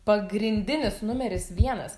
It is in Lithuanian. pagrindinis numeris vienas